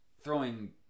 throwing